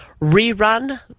rerun